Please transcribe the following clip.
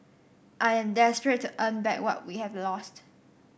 I am desperate to earn back what we have lost